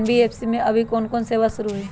NBFC में अभी कोन कोन सेवा शुरु हई?